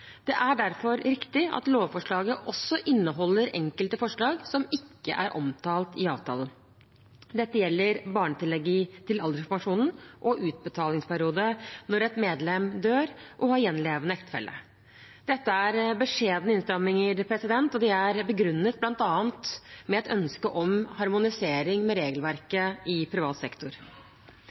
Det er derfor riktig at lovforslaget også inneholder enkelte forslag som ikke er omtalt i avtalen. Dette gjelder barnetillegg til alderspensjonen og utbetalingsperiode når et medlem dør og har gjenlevende ektefelle. Dette er beskjedne innstramminger, og de er begrunnet bl.a. med et ønske om harmonisering med regelverket i privat sektor.